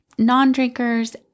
non-drinkers